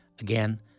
again